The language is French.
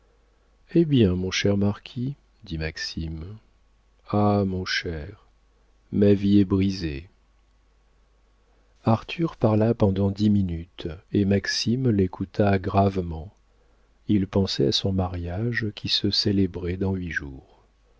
eh bien mon cher marquis dit maxime ah mon cher ma vie est brisée arthur parla pendant dix minutes et maxime l'écouta gravement il pensait à son mariage qui se célébrait dans huit jours